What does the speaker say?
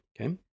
Okay